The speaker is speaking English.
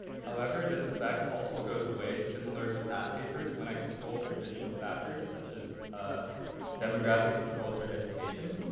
however, this effect also goes away similar to past papers when i control for additional factors, such as demographic controls or education.